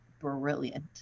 brilliant